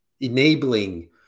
Enabling